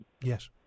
yes